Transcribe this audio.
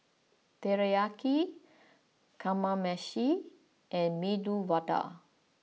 Teriyaki Kamameshi and Medu Vada